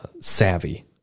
savvy